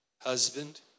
husband